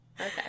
Okay